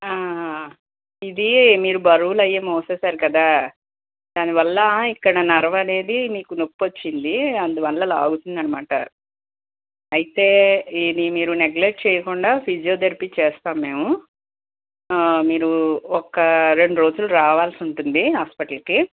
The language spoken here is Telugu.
ఇది మీరు బరువులు అవి మోసేసారు కదా దానివల్ల ఇక్కడ నర్వ్ అనేది నీకు నొప్పి వచ్చింది అందువల్ల లాగుతుందన్నమాట అయితే మీరు నెగ్లెట్ చేయకుండా ఫిజియోథెరపీ చేస్తాం మేము మీరు ఒక రెండు రోజులు రావాల్సి ఉంటుంది హాస్పిటల్కి